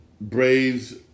Braves